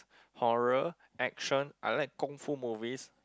horror action I like kungfu movies